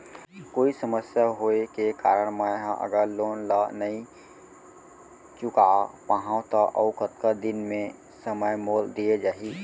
कोई समस्या होये के कारण मैं हा अगर लोन ला नही चुका पाहव त अऊ कतका दिन में समय मोल दीये जाही?